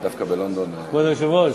כבוד היושב-ראש,